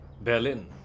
Berlin